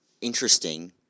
interesting